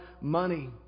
money